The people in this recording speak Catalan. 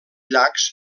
llacs